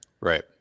Right